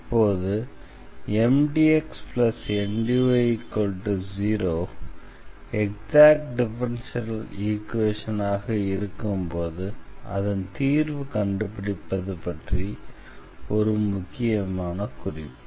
இப்போது MdxNdy0 exact differential ஈக்வேஷனாக இருக்கும்போது அதன் தீர்வை கண்டுபிடிப்பது பற்றி ஒரு முக்கிய குறிப்பு